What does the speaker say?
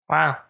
Wow